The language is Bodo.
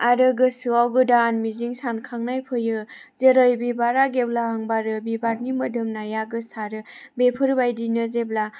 आरो गोसोआव गोदान मिजिं सानखांनाय फैयो जेरै बिबारा गेवलां बारो बिबारनि मोदोमनाया गोसारो बेफोरबायदिनो जेब्ला